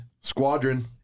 squadron